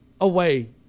away